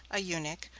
a eunuch,